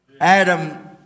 Adam